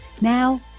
Now